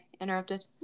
interrupted